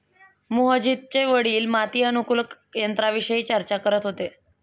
मोहजितचे वडील माती अनुकूलक यंत्राविषयी चर्चा करत होते